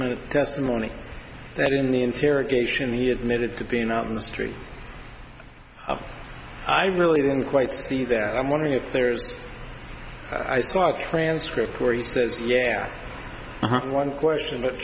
t testimony that in the interrogation the admitted to being out in the street i really didn't quite see there and i'm wondering if there's i saw a transcript where he says yeah one question but